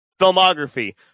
filmography